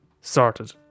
Sorted